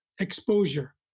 exposure